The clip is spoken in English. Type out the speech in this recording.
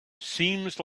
seems